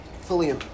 fully